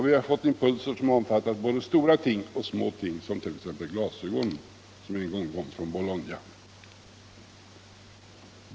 Vi har fått impulser som har omfattat både stora ting och små ting — t.ex. glasögonen, som en gång kom från Bologna.